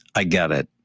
i get it.